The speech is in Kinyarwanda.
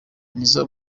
nizzo